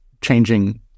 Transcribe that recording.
Changing